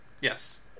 Yes